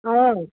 অঁ